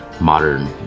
modern